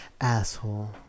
asshole